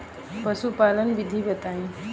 पशुपालन विधि बताई?